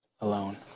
alone